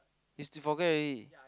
is to forget already